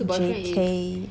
J_K